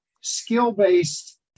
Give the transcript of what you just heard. skill-based